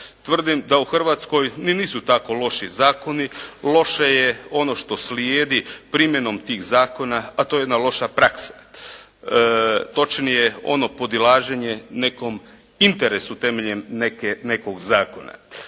Tvrdim da u Hrvatskoj ni nisu tako loši zakoni, loše je ono što slijedi primjenom tih zakona, a to je jedna loša praksa, točnije ono podilaženje nekom interesu temeljem nekog zakona.